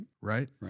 Right